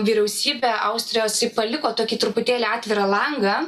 vyriausybė austrijos ji paliko tokį truputėlį atvirą langą